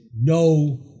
no